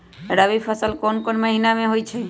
रबी फसल कोंन कोंन महिना में होइ छइ?